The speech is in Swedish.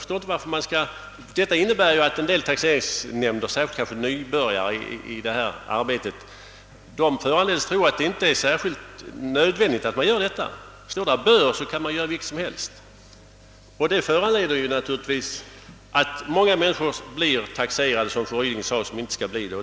Formuleringen medför att vederbörande i taxeringsnämnderna — särskilt om de är nybörjare i arbetet -— föranledes tro att detta inte är alldeles nödvändigt; står det »bör» i anvisningarna, så kan man göra vilket som helst. Och detta föranleder givetvis att många människor, precis som fru Ryding sade, blir taxerade fastän de inte borde bli det.